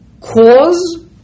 cause